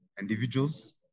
individuals